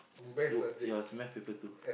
you ya it's math paper two